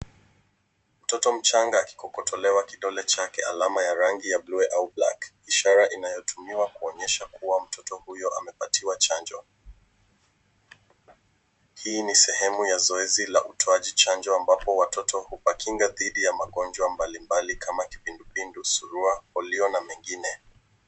Mtoto mchanga akikopotolewa kidole chake alama ya rangi ya blue au black ishara inayotumiwa kuonyesha kuwa mtoto huyo amepatiwa chanjo. Hii ni sehemu ya Zoezi utoaji damu ni chajo ambayo watoto hupakingaa dhidhi ya Magonjwa mbalimbali kama kipindupindu, surua, polio na mengine.